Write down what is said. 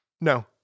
No